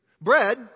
Bread